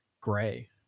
Gray